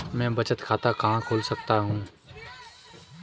मैं बचत खाता कहाँ खोल सकता हूँ?